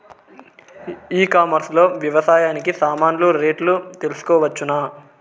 ఈ కామర్స్ లో వ్యవసాయానికి సామాన్లు రేట్లు తెలుసుకోవచ్చునా?